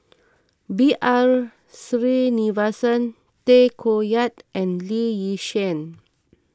B R Sreenivasan Tay Koh Yat and Lee Yi Shyan